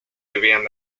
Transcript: vivían